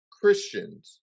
Christians